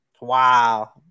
wow